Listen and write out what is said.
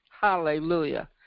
Hallelujah